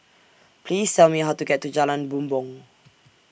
Please Tell Me How to get to Jalan Bumbong